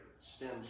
stems